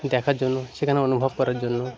দেখার জন্য সেখানে অনুভব করার জন্য